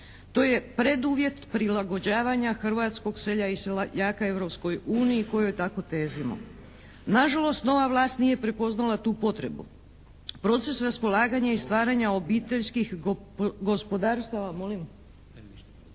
To je preduvjet prilagođavanja hrvatskog sela i seljaka Europskoj uniji kojoj tako težimo. Nažalost nova vlast nije prepoznala tu potrebu. Proces raspolaganja i stvaranja obiteljskih gospodarstava… Molim?